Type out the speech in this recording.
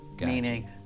meaning